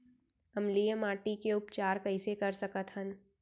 अम्लीय माटी के उपचार कइसे कर सकत हन?